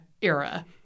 era